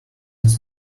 this